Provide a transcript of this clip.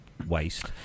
waste